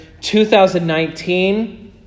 2019